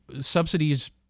subsidies